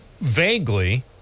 vaguely